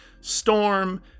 Storm